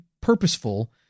purposeful